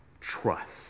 trust